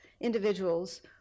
individuals